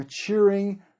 maturing